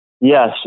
yes